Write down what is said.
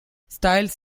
styles